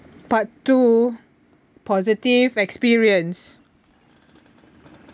part two positive experience